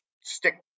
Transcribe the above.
stick